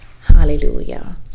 hallelujah